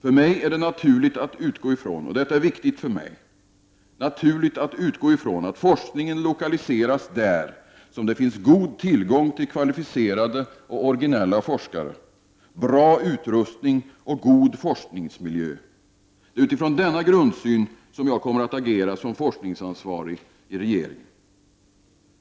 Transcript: För mig är det naturligt att utgå ifrån — och detta är viktigt för mig — att forskningen lokaliseras dit där det finns god tillgång till kvalificerade och originella forskare, bra utrustning och god forskningsmiljö. Det är utifrån denna grundsyn som jag kommer att agera som forskningsansvarig i regeringen.